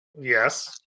Yes